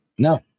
No